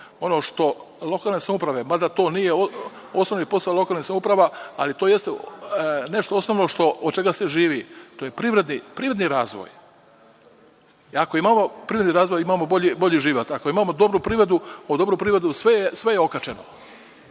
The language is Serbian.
Ono što se dešava na terenu, mada to nije osnovni posao lokalnih samouprava, ali to jeste nešto osnovno od čega se živi, a to je privredni razvoj. Ako imamo privredni razvoj, imamo bolji život. Ako imamo dobru privredu, sve je okačeno,